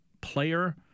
player